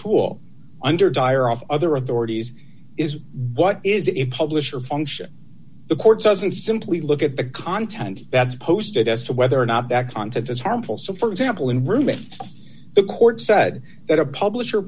tool under dire of other authorities is what is a publisher function the courts doesn't simply look at the content that's posted as to whether or not that content is harmful so for example in ruben's the court said that a publisher